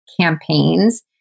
campaigns